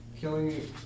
killing